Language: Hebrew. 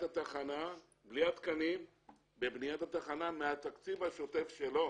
התחנה בלי התקנים מהתקציב השוטף שלו.